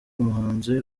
umuhanzi